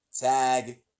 Tag